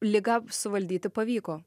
ligą suvaldyti pavyko